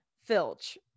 filch